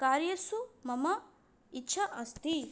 कार्येषु मम इच्छा अस्ति